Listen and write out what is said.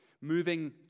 Moving